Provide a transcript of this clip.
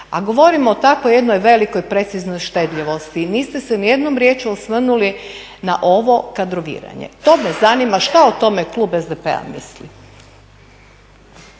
A govorimo o takvoj jednoj velikoj preciznoj štedljivosti i niste se ni jednom riječju osvrnuli na ovo kadroviranje. To me zanima šta o tome klub SDP-a misli.